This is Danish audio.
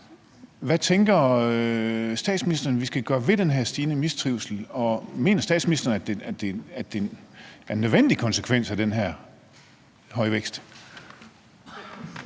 Hvad tænker statsministeren vi skal gøre ved den her stigende mistrivsel? Og mener statsministeren, at det er en nødvendig konsekvens af den her høje vækst?